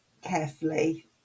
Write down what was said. carefully